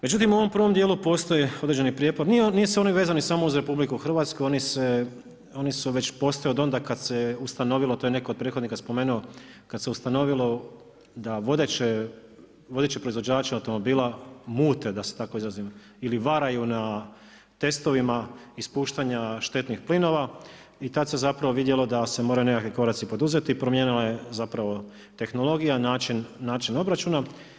Međutim u ovom prvom djelu postoje određeni prijepor, nije on vezan samo uz RH, oni već postoje od onda kad se ustanovilo, to je netko od prethodnika spomenuo, kad se ustanovilo da vodeći proizvođači automobila mute, da se tako izrazim ili varaju na testovima ispuštanja štetnih plinova i tad se zapravo vidjelo da se moraju nekakvi koraci poduzeti i promijenila se zapravo tehnologija, način obračuna.